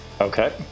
Okay